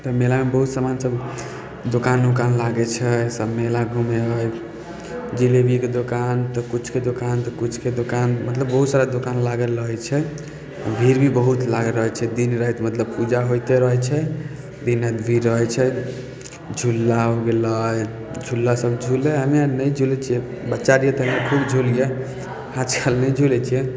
तऽ मेलामे बहुत सामान सब दोकान उकान लागय छै सब मेला घूमय हइ जिलेबीके दोकान तऽ किछुके दोकान तऽ किछुके दोकान मतलब बहुत सारा दोकान लागल रहय छै भीड़ भी बहुत लागल रहय छै दिन राति मतलब पूजा होयते रहय छै दिन राति भीड़ रहय छै झूला हो गेलय झूला सब झूलय हमे अर नहि झूलय छियै बच्चा रहियै तऽ खूब झुलियै आजकल नहि झूलय छियै